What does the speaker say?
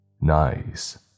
Nice